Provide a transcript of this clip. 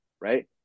right